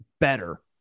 better